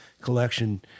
collection